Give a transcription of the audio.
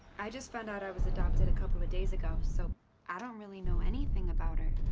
i just found out i was adopted a couple of days ago, so i don't really know anything about her.